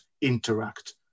interact